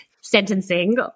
sentencing